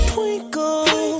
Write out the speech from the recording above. Twinkle